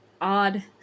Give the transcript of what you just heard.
odd